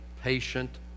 patient